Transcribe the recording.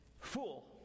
Fool